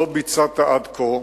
לא ביצעת עד כה,